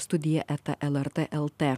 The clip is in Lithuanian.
studija eta lrt lt